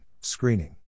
Screening